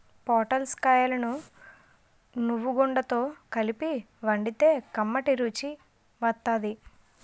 పొటల్స్ కాయలను నువ్వుగుండతో కలిపి వండితే కమ్మటి రుసి వత్తాది